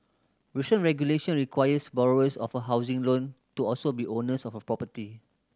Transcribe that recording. recent regulation requires borrowers of a housing loan to also be owners of a property